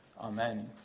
Amen